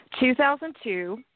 2002